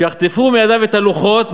שיחטפו מידיו את הלוחות,